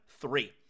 three